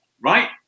right